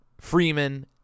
Freeman